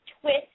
twist